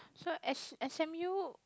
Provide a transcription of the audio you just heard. so S S_M_U